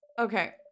okay